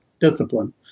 discipline